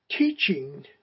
Teaching